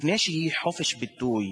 לפני שהיא חופש ביטוי